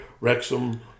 Wrexham